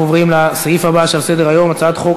אנחנו עוברים לסעיף הבא שעל סדר-היום: הצעת חוק